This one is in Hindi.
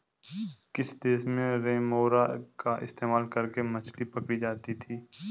किस देश में रेमोरा का इस्तेमाल करके मछली पकड़ी जाती थी?